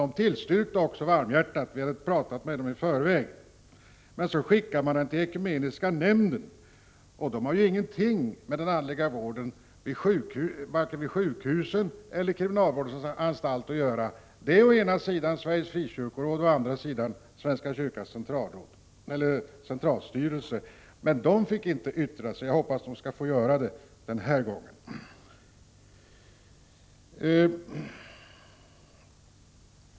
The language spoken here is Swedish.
Kriminalvårdsstyrelsen tillstyrkte varmhjärtat — vi hade pratat med dess ledamöter i förväg. Men så skickade man motionen till ekumeniska nämnden, som inte har någonting med den andliga vården att göra vare sig vid sjukhusen eller vid kriminalvårdens anstalter. Det är å ena sidan Sveriges frikyrkoråd och å andra sidan svenska kyrkans centralstyrelse som är berörda, men de fick inte yttra sig. Jag hoppas att de skall få göra det den här gången.